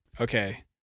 Okay